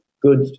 good